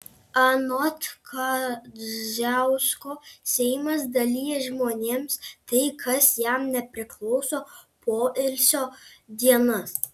anot kadziausko seimas dalija žmonėms tai kas jam nepriklauso poilsio dienas